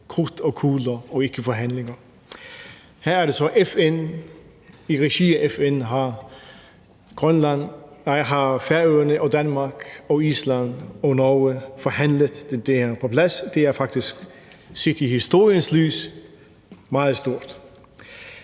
krudt og kugler og ikke forhandlinger. Her er det sket i regi af FN. I regi af FN har Færøerne, Danmark, Island og Norge forhandlet det her på plads. Det er set i historiens lys faktisk meget stort.